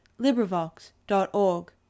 LibriVox.org